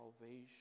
salvation